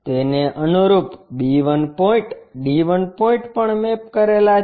તેને અનુરૂપ b 1 point d 1 point પણ મેપ કરેલા છે